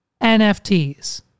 NFTs